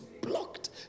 blocked